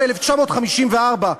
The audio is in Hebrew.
ב-1954,